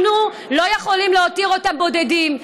אנחנו לא יכולים להותיר אותם בודדים.